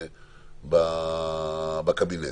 בקבינט.